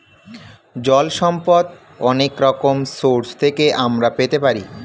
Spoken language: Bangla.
জল সম্পদ অনেক রকম সোর্স থেকে আমরা পেতে পারি